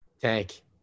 Tank